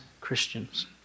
Christians